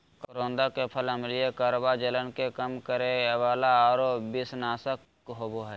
करोंदा के फल अम्लीय, कड़वा, जलन के कम करे वाला आरो विषनाशक होबा हइ